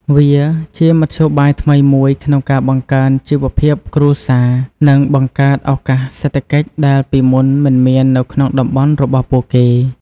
វាជាមធ្យោបាយថ្មីមួយក្នុងការបង្កើនជីវភាពគ្រួសារ និងបង្កើតឱកាសសេដ្ឋកិច្ចដែលពីមុនមិនមាននៅក្នុងតំបន់របស់ពួកគេ។